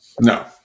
no